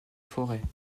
forêts